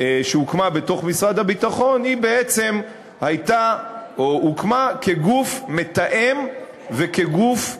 שהוקמה בתוך משרד הביטחון בעצם הוקמה כגוף מתאם וכגוף מתכלל.